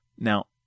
Now